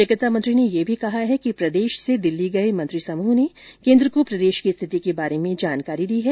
चिकित्सा मंत्री ने यह भी कहा है कि प्रदेश से दिल्ली गए मंत्री समूह ने केन्द्र को प्रदेश की स्थिति के बारे में जानकारी दी है